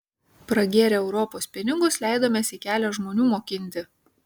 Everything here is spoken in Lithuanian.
pragėrę europos pinigus leidomės į kelią žmonių mokinti